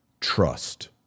trust